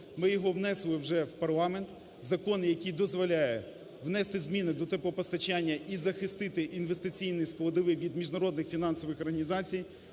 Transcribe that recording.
Ми його внесли вже в парламент, закон, який дозволяє внести зміни до теплопостачання і захистити інвестиційні складові від міжнародних фінансових організацій,